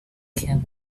came